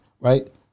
right